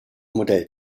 modell